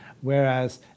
whereas